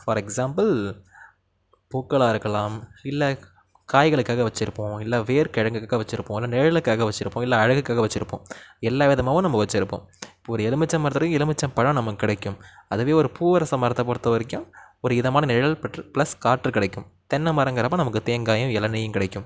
for example பூக்களாக இருக்கலாம் இல்லை காய்களுக்காக வச்சுருப்போம் இல்லை வேர் கிழங்குக்காக வச்சுருப்போம் இல்லை நிழலுக்காக வச்சுருப்போம் இல்லை அழகுக்காக வச்சுருப்போம் எல்லாம் விதமுமாகவும் நம்ம வச்சுருப்போம் இப்போ ஒரு எலுமிச்சை மரத்தோடய எலுமிச்சம் பழம் நமக்கு கிடைக்கும் அதுவே ஒரு பூவரசம் மரத்தை பொறுத்த வரைக்கும் ஒரு இதமான நிழல் பற்று ப்ளஸ் காற்று கிடைக்கும் தென்னை மரங்கிறப்ப நமக்கு தேங்காயும் இளநீரும் கிடைக்கும்